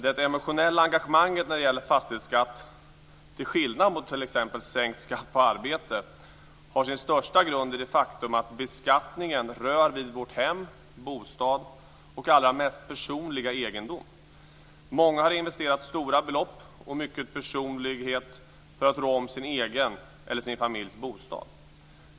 Det emotionella engagemanget när det gäller fastighetsskatt, till skillnad mot t.ex. sänkt skatt på arbete, har sin största grund i det faktum att beskattningen rör vid vårt hem, bostad, och allra mest personliga egendom. Många har investerat stora belopp och mycket personlighet för att rå om sin egen eller sin familjs bostad.